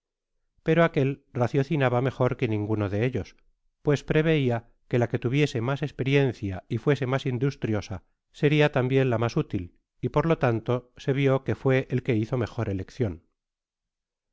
pero aquel raciocinaba mejor que ninguno de ellos pues preveia que laque tuviese mas esperiencia y fuese mas industriosa seria tambien la mas útil y por lo tanto se vió que fué el que hizo mejor eleccion